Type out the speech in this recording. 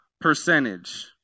percentage